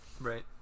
Right